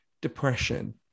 depression